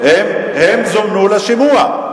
תסלח לי, אבל הם זומנו לשימוע.